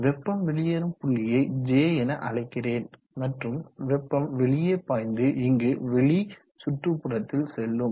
வெப்பம் வெளியேறும் புள்ளியை J என அழைக்கிறேன் மற்றும் வெப்பம் வெளியே பாய்ந்து இங்கு வெளி சுற்றுப்புறத்தில் செல்லும்